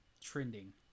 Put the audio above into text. trending